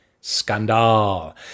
scandal